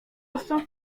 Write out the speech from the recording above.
odtąd